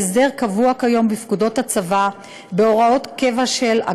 ההסדר כיום קבוע בפקודות הצבא,